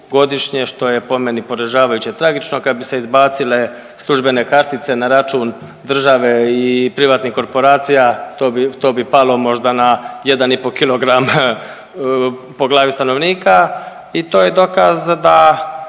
što je po meni poražavajuće tragično. Kad bi se izbacile službene kartice na račun države i privatnih korporacija to bi, to bi palo možda na 1,5 kilogram po glavi stanovnika. I to je dokaz da